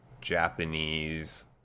Japanese